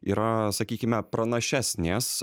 yra sakykime pranašesnės